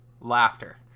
laughter